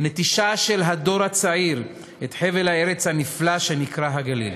נטישה של הדור הצעיר את חבל הארץ הנפלא שנקרא הגליל.